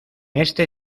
este